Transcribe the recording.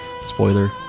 Spoiler